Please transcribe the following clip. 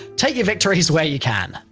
take your victories where you can.